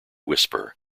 whisper